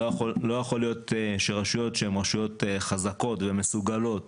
לא יכול להיות שרשויות שהן רשויות חזקות ומסוגלות